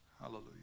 Hallelujah